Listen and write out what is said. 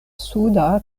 suda